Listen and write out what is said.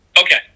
Okay